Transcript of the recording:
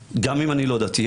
בין אם אני לא דתייה,